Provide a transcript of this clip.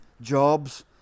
jobs